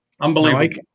Unbelievable